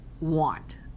want